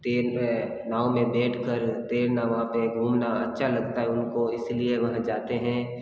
तैर नाव में बैठकर तैरना वहाँ पे घूमना अच्छा लगता है उनको इसलिए वहाँ जाते हैं